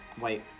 wait